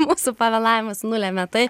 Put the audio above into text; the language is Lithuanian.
mūsų pavėlavimas nulemia tai